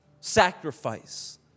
sacrifice